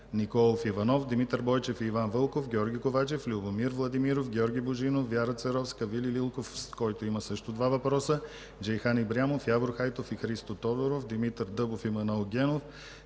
Николов Иванов, Димитър Бойчев и Иван Вълков, Георги Ковачев, Любомир Владимиров, Георги Божинов, Вяра Церовска, Вили Лилков (два въпроса), Джейхан Ибрямов, Явор Хайтов и Христо Тодоров, Димитър Дъбов и Манол Генов,